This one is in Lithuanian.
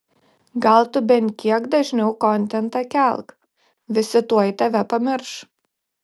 gal tu bent kiek dažniau kontentą kelk visi tuoj tave pamirš